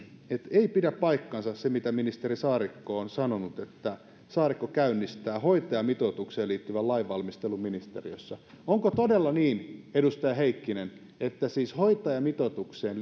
ei pidä paikkaansa se mitä ministeri saarikko on sanonut että saarikko käynnistää hoitajamitoitukseen liittyvän lainvalmistelun ministeriössä onko todella niin edustaja heikkinen että hoitajamitoitukseen